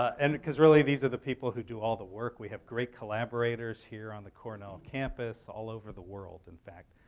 and because really, these are the people who do all the work. we have great collaborators here on the cornell campus, all over the world, in fact.